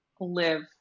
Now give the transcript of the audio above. live